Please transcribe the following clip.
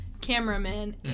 cameraman